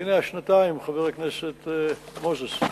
הנה השנתיים, חבר הכנסת מוזס.